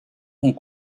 ont